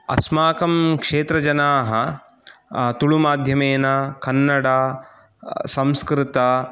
अस्माकं क्षेत्रजनाः तुलुमाध्यमेन कन्नड संस्कृत